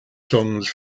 songs